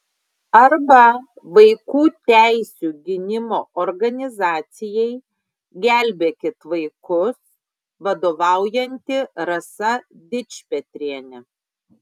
arba vaikų teisių gynimo organizacijai gelbėkit vaikus vadovaujanti rasa dičpetrienė